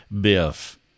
Biff